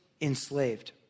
enslaved